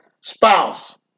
spouse